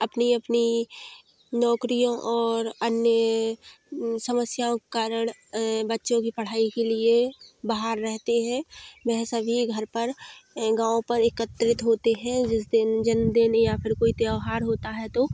अपने अपने नौकरियों और अन्य समस्याओं के कारण बच्चों की पढ़ाई के लिए बाहर रहते हैं वह सभी घर पर गाँव पर एकत्रित होते हैं जिस दिन जन्मदिन या फिर कोई त्योहार होता है तो